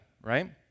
right